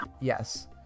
Yes